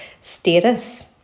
status